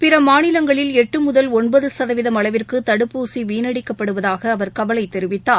பிறமாநிலங்களில் எட்டுமுதல் ஒன்பதுசதவீதம் அளவிற்குதடுப்பூசிவீணடிக்கப்படுவதாகஅவர் கவலைதெரிவித்தார்